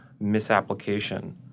misapplication